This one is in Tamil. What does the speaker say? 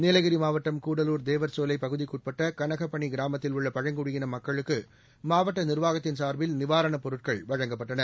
நீலகிரி மாவட்டம் கூடலூர் தேவர்சோலை பகுதிக்குட்பட்ட கனகபனி கிராமத்தில் உள்ள பழங்குடியின மக்களுக்கு மாவட்ட நிர்வாகத்தின் சார்பில் நிவாரணப் பொருட்கள் வழங்கப்பட்டன